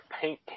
paint